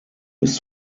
ist